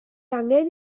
angen